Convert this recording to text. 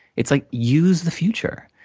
it's like, use the future.